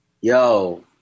Yo